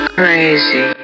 crazy